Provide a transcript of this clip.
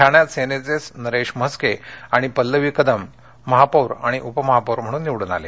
ठाण्यात सेनेचेच नरेश म्हस्के आणि पल्लवी कदम अनुक्रमे महापौर आणि उपमहापौर म्हणून निवडून आले